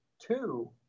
two